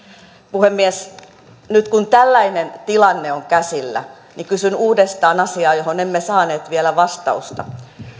puhemies nyt kun tällainen tilanne on käsillä niin kysyn uudestaan asiaa johon emme saaneet vielä vastausta